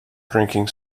drinking